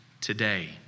today